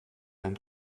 ein